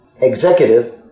executive